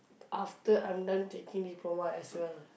after I'm done taking diploma as well